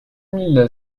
mille